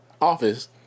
office